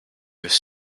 was